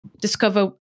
discover